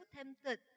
tempted